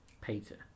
Peter